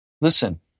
Listen